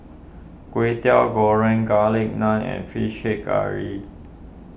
Kway Teow Goreng Garlic Naan and Fish Head Curry